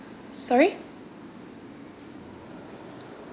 sorry